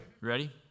Ready